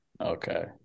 Okay